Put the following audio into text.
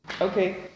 Okay